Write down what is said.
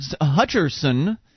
Hutcherson